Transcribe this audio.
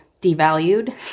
devalued